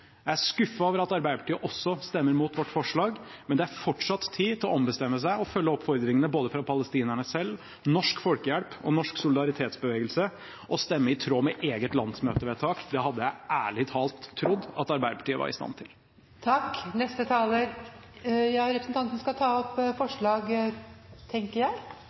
Jeg er skuffet over at Arbeiderpartiet også stemmer mot vårt forslag, men det er fortsatt tid til å ombestemme seg og følge oppfordringene både fra palestinerne selv, Norsk Folkehjelp og norsk solidaritetsbevegelse og stemme i tråd med eget landsmøtevedtak. Det hadde jeg ærlig talt trodd at Arbeiderpartiet var i stand til. Representanten skal ta opp forslag, tenker jeg?